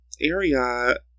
area